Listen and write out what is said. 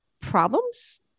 problems